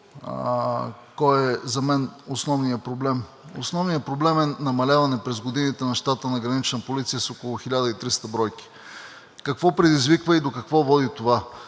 кой за мен е основният проблем. Основният проблем е намаляване през годините на щата на Гранична полиция с около 1300 бройки. Какво предизвиква и до какво води това?